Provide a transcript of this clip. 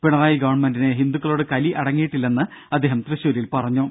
പിണറായി ഗവൺമെന്റിന് ഹിന്ദുക്കളോട് കലി അടങ്ങിയിട്ടില്ലെന്ന് അദ്ദേഹം തൃശൂരിൽ പറഞ്ഞു